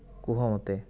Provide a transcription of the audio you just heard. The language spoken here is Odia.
କୁହ ମୋତେ